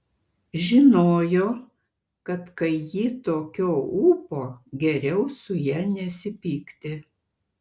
žinojo kad kai ji tokio ūpo geriau su ja nesipykti